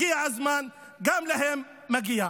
הגיע הזמן, גם להם מגיע.